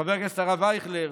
חבר הכנסת הרב אייכלר,